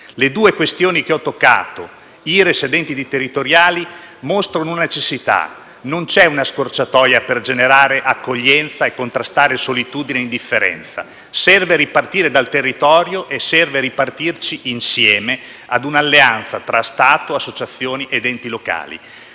Le due questioni che ho affrontato (IRES ed enti territoriali) mostrano una necessità: non c'è una scorciatoia per generare accoglienza e contrastare solitudine e indifferenza; occorre ripartire dal territorio e farlo insieme, in un'alleanza tra Stato, associazioni ed enti locali.